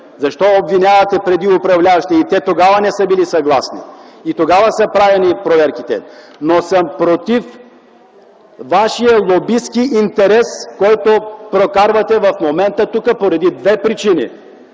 Защо обвинявате преди управляващите? И те тогава не са били съгласни, и тогава са правени проверки, но съм против вашият лобистки интерес, който прокарвате в момента тук, поради две причини.